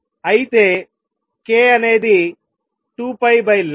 అయితే k అనేది 2πλ